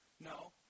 No